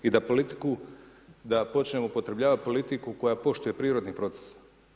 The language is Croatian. I da politiku, da počnemo upotrjebljavati politiku koja poštuje prirodni proces.